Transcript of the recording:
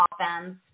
offense